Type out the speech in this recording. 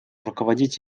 руководить